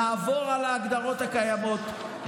נעבור על ההגדרות הקיימות,